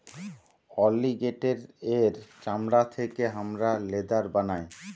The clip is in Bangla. অলিগেটের এর চামড়া থেকে হামরা লেদার বানাই